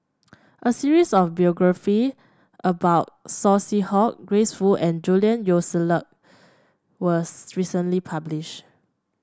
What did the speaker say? a series of biography about Saw Swee Hock Grace Fu and Julian Yeo was recently published